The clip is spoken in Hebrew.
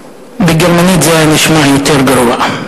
בגרמנית זה היה נשמע יותר גרוע.